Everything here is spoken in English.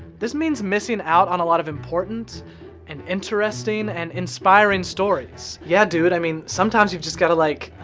this means missing out on a lot of important and interesting and inspiring stories! yeah, dude, i mean, sometimes you've just gotta, like,